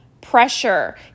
pressure